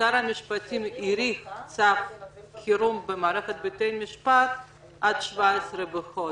ששר המשפטים האריך צו חירום במערכת בתי המשפט עד 17 בחודש.